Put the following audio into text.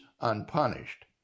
unpunished